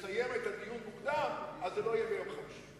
לסיים את הדיון מוקדם, אז זה לא יהיה ביום חמישי.